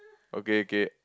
okay okay